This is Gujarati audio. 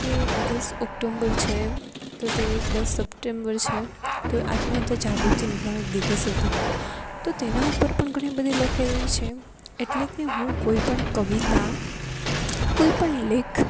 કે દસ ઓક્ટોબર છે તો તે દસ સપ્ટેમ્બર છે તો આત્મ હત્યા જાગૃતિ નિવારણ દિવસ હતો તો તેના ઉપર પણ ઘણી બધી લખેલી છે એટલે કે હું કોઈ પણ કવિતા કોઈ પણ લેખ હું